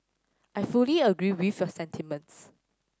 I fully agree with a sentiments